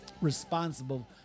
responsible